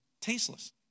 tasteless